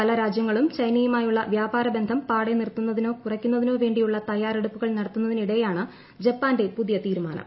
പല രാജ്യങ്ങളും ചൈനയുമായുള്ള വ്യാപാര ബന്ധം ്പാടേ നിർത്തുന്നതിന്നോ കുറയ്ക്കുന്നതിനോ വേണ്ടിയുള്ള തയ്യാറെടുപ്പുകൾ നട്ടത്തുന്നതിനിടെയാണ് ജപ്പാന്റെ പുതിയ തീരുമാനം